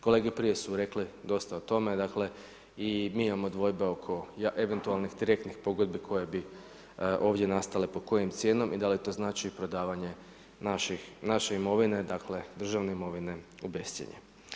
Kolege prije su rekli dosta o tome, dakle, i mi imamo dvojbe oko eventualnih direktnih pogodbi koje bi ovdje nastale po kojom cijenom i da li to znači i prodavanje naše imovine, dakle, državne imovine u bezcijenje.